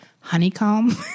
Honeycomb